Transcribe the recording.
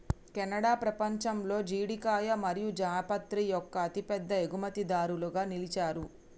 Canada పపంచంలో జీడికాయ మరియు జాపత్రి యొక్క అతిపెద్ద ఎగుమతిదారులుగా నిలిచారు